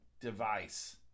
device